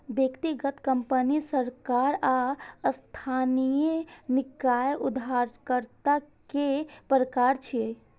व्यक्तिगत, कंपनी, सरकार आ स्थानीय निकाय उधारकर्ता के प्रकार छियै